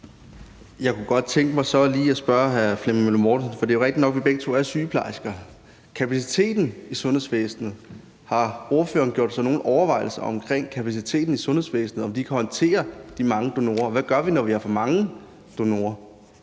Møller Mortensen om noget, for det er jo rigtigt nok, at vi begge to er sygeplejersker; men har ordføreren gjort sig nogle overvejelser omkring kapaciteten i sundhedsvæsenet, altså om det kan håndtere de mange donorer? Hvad gør vi, når vi har for mange donorer?